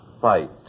fight